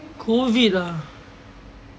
COVID ah